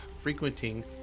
frequenting